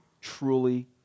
truly